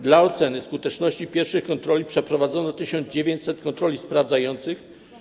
Dla oceny skuteczności pierwszych kontroli przeprowadzono 1900 kontroli sprawdzających.